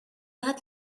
had